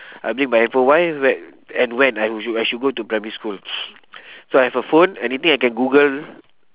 I bring my handphone why when and when I would I should go to primary school so I've a phone anything I can google